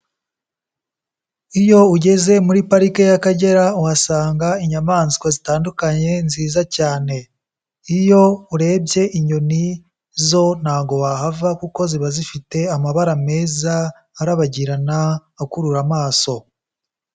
Iyo ugeze muri parike y'Akagera uhasanga inyamaswa zitandukanye nziza cyane, iyo urebye inyoni zo ntago wahava kuko ziba zifite amabara meza, arabagirana, akurura amaso.